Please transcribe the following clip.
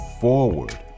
forward